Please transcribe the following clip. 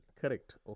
Correct